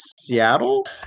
Seattle